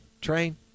Train